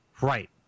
Right